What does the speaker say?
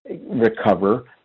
recover